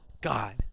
God